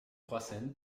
kroaz